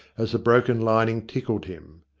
as the broken lining tickled him.